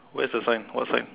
where's the sign what sign